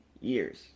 years